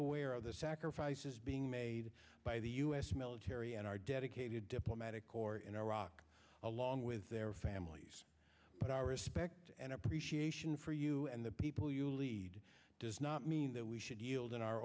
aware of the sacrifices being made by the us military and our dedicated diplomatic corps in iraq along with their families but our respect and appreciation for you and the people you lead does not mean that we should yield in our